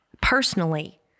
personally